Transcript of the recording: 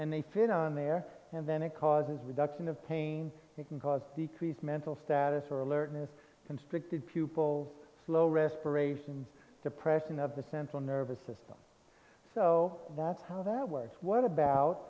and they fit on there and then it causes reduction of pain it can cause decreased mental status or alertness constricted pupils slow respiration suppression of the central nervous system so that's how that works what about